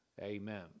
Amen